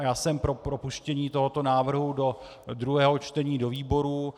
Já jsem pro propuštění tohoto návrhu do druhého čtení do výborů.